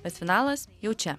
bet finalas jau čia